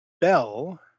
bell